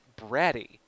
bratty